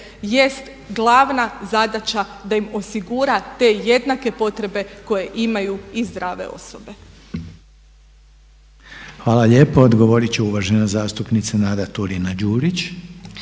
jest glavna zadaća da im osigura te jednake potrebe koje imaju i zdrave osobe. **Reiner, Željko (HDZ)** Hvala lijepo. Odgovorit će uvažena zastupnica Nada Turina Đurić.